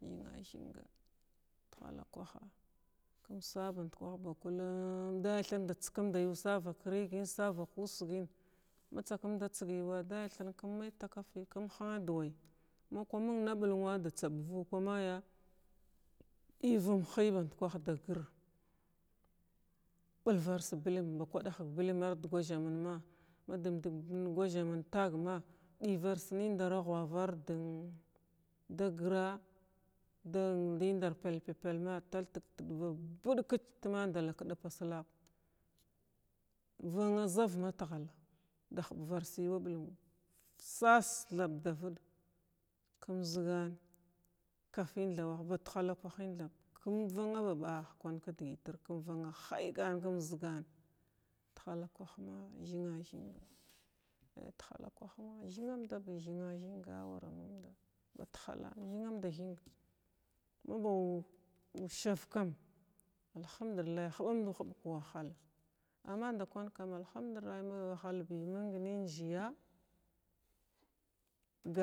Thinathinga dally thirna kum saba ndukah ba khuum daləy thirn da tskumd yu savak ragən savak usgən ma tsakumda tsəg yuw daləy thrin kum may tatsayi kum həna da way ma kwa məng na ɓulnwan da tsabvu kwa maya dəy vum hi badkwah da gir ɓiwas bilma ba kwaahg bilma ard gwazamənma madumdəg gwazamin ta’ag ma ɗəyvars nindara ghwav ar dən da gra da indar pal-pal ma taltəg dava ba bəgkət ta madala kdapa slark vana zav matghala da hubvars yuva tghala sas thaɓ davig kum zəgan kafən tha wah ba tahala kwahən thaɓ kum vana ba ba’a kwan ka dəgət kwu vana həygan kum zəgan tahala kwahma thina thinga a tahala kwahma thinan da bi thina thinga a waram ba tahala thinanda thinga ma bum usarkam alhamdullahi hubamdu hubg-ka wahal amma nda kwan kam alhamdullah may na wahalbi məng nənjəy bila.